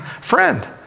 friend